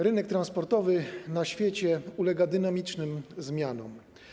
Rynek transportu na świecie ulega dynamicznym zmianom.